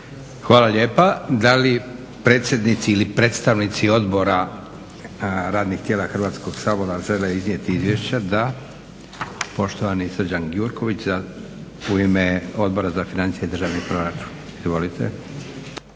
Hvala lijepa. Da li predsjednici ili predstavnici odbora radnih tijela Hrvatskog sabora žele iznijeti izvješća? Da. Poštovani Srđan Gjurković u ime Odbora za financije i državni proračun. Izvolite.